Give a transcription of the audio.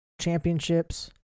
Championships